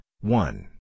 one